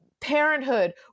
parenthood